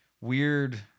weird